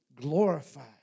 glorified